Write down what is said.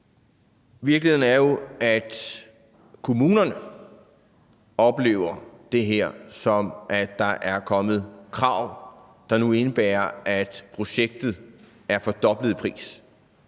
virkeligheden er jo, at kommunerne oplever det her som, at der er kommet krav, der nu indebærer, at projektet er fordoblet i pris.